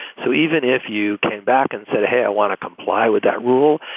so even if you came back and said, hey, i want to comply with that rule,